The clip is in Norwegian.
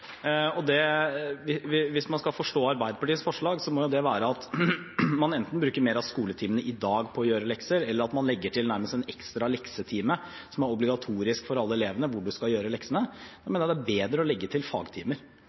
Hvis man skal forstå Arbeiderpartiets forslag, må det være slik at man enten bruker mer av skoletimene i dag på å gjøre lekser, eller at man legger til nærmest en ekstra leksetime som er obligatorisk for alle elevene, hvor en skal gjøre leksene. Da mener jeg det er bedre å legge til fagtimer.